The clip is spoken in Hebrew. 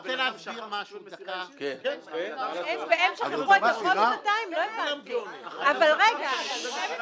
מה, בן אדם שכח שהוא קיבל מסירה אישית?